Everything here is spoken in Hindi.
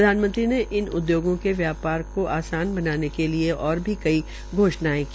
प्रधानमंत्री ने इन उद्योगों के व्यापार को आसान बनाने के लिए ओर भी कई घोषणायें की